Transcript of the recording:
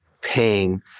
paying